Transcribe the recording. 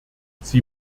sie